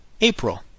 April